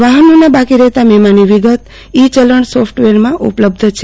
વાફનોના બાકી રહેતા મેમાની વિગત ઈ ચલણ સોફ્ટવેરમાં ઉપલબ્ધ છે